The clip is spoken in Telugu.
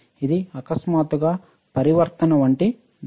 ఇది అకస్మాత్తుగా పరివర్తన వంటి దశ